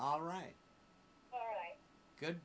all right good